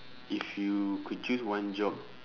if you could choose one job